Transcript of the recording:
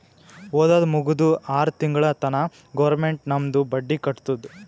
ಓದದ್ ಮುಗ್ದು ಆರ್ ತಿಂಗುಳ ತನಾ ಗೌರ್ಮೆಂಟ್ ನಮ್ದು ಬಡ್ಡಿ ಕಟ್ಟತ್ತುದ್